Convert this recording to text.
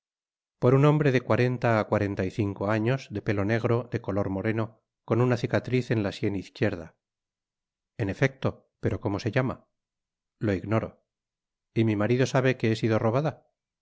por un hombre de cuarenta á cuarenta y cinco años de pelo negro de color moreno con una cicatriz en la sien izquierda en electo pero como se llama lo ignoro y mi marido sabe que he sido robada